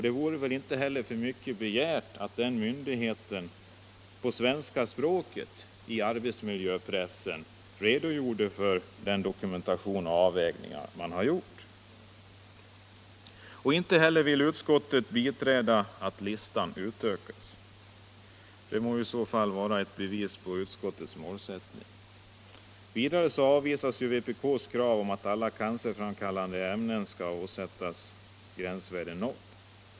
Det vore väl inte heller för mycket begärt att den myndigheten på svenska språket i arbetsmiljöpressen redogjorde för sin dokumentation och de avvägningar man har gjort. Inte heiler vill utskottet biträda att listan utökas. Det må vara ett bevis på utskottets målsättning. Vidare avvisas vpk:s krav på att alla cancerframkallande ämnen skall åsättas gränsvärde 0.